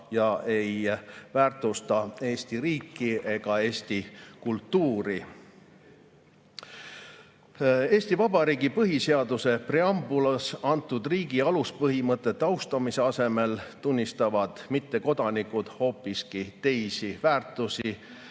ja ei väärtusta Eesti riiki ega Eesti kultuuri. Eesti Vabariigi põhiseaduse preambulis antud riigi aluspõhimõtete austamise asemel tunnistavad mittekodanikud hoopiski teisi väärtusi